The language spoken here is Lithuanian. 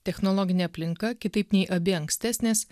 technologinė aplinka kitaip nei abi ankstesnės